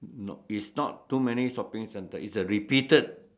not it's not too many shopping center it's the repeated